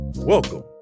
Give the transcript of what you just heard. Welcome